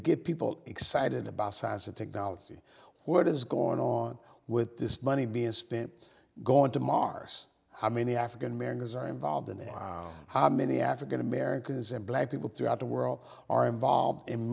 get people excited about science and technology what is going on with this money being spent going to mars how many african americans are involved in it how many african americans and black people throughout the world are involved in